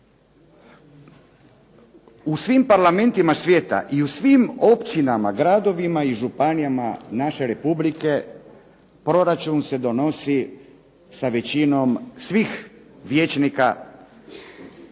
U svim parlamentima svijeta i u svim općinama, gradovima i županijama naše Republike proračun se donosi sa većinom svih vijećnika,